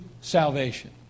salvation